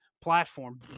platform